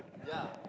ya